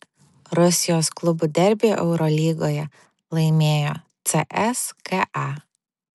rusijos klubų derbį eurolygoje laimėjo cska